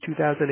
2008